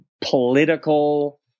political